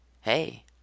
hey